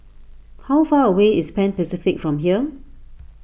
how far away is Pan Pacific from here